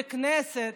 בכנסת?